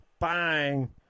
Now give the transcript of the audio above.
Bang